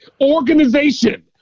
Organization